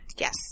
Yes